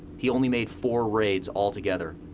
he only made four raids altogether.